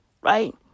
Right